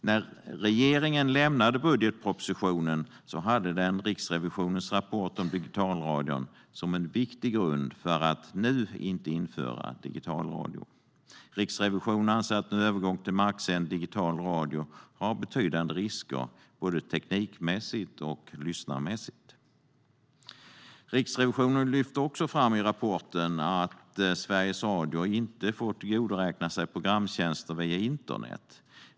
När regeringen lämnade budgetpropositionen hade den Riksrevisionens rapport om digitalradion som en viktig grund för att nu inte införa digitalradio. Riksrevisionen anser att en övergång till marksänd digital radio har betydande risker både teknikmässigt och lyssnarmässigt. Riksrevisionen lyfter också fram i rapporten att Sveriges Radio inte får tillgodoräkna sig programtjänster via internet.